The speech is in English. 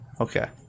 okay